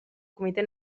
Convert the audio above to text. comitè